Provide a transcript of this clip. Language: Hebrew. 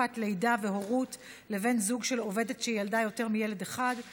תקופת לידה והורות לבן זוג של עובדת שילדה יותר מילד אחד);